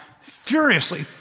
furiously